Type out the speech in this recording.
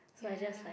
so I just like